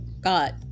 got